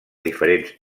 diferents